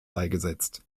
beigesetzt